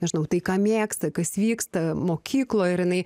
nežinau tai ką mėgsta kas vyksta mokykloj ir jinai